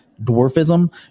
dwarfism